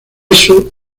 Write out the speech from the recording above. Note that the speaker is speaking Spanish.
eso